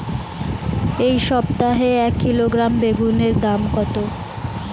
এই সপ্তাহে এক কিলোগ্রাম বেগুন এর দাম কত?